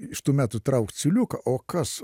iš tų metų traukt siūliuką o kas